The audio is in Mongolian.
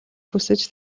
хүсэж